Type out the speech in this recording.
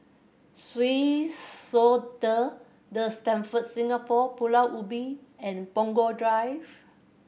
Swissotel The Stamford Singapore Pulau Ubin and Punggol Drive